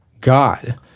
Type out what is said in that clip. God